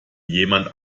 jemand